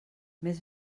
més